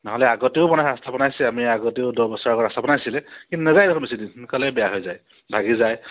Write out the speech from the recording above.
নহ'লে আগতেও মানে ৰাস্তা বনাইছে আমি আগতেও দহ বছৰ আগত ৰাস্তা বনাইছিলে কিন্তু নাযায় দেখোন বেছি দিন সোনকালে বেয়া হৈ যায় ভাগি যায়